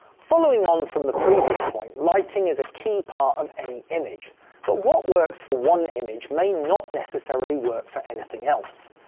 following on from the previous point lighting is a key part of any image but what works for one image may not necessarily work for anything else.